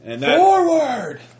Forward